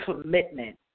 commitment